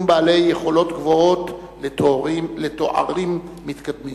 בעלי יכולות גבוהות לתארים מתקדמים.